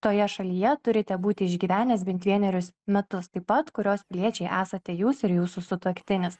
toje šalyje turite būti išgyvenęs bent vienerius metus taip pat kurios piliečiai esate jūs ir jūsų sutuoktinis